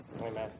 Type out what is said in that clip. Amen